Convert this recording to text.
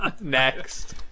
Next